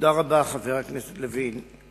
תודה רבה, חבר הכנסת לוין.